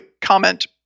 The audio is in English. comment